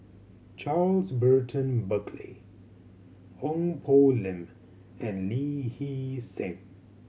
Charles Burton Buckley Ong Poh Lim and Lee Hee Seng